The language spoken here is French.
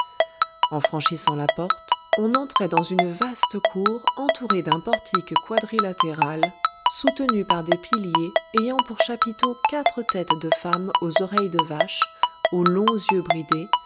en franchissant la porte on entrait dans une vaste cour entourée d'un portique quadrilatéral soutenu par des piliers ayant pour chapiteaux quatre têtes de femmes aux oreilles de vache aux longs yeux bridés